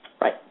Right